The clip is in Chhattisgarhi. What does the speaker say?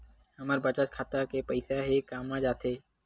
हमर बचत खाता के पईसा हे कामा जाथे?